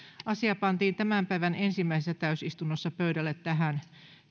asia pantiin tämän päivän ensimmäisessä täysistunnossa pöydälle tähän